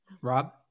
Rob